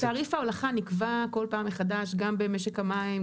תעריף ההולכה נקבע כל פעם מחדש גם במשק המים,